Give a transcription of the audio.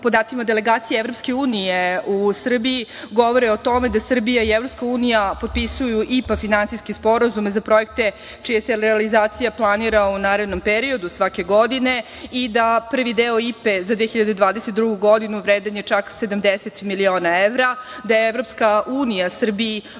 podacima delegacije EU u Srbiji, govore o tome da Srbija i EU potpisuje IPA finansijske sporazume za projekte čija se realizacija planira u narednom periodu svake godine i da prvi deo IPA za 2022. godinu vredan je čak 70 miliona evra, da je EU Srbiji